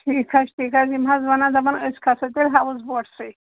ٹھیٖک حظ چھِ ٹھیٖک حظ یِم حظ وَنان دَپان أسۍ کھَسو تیٚلہِ ہاوُس بوٹسٕے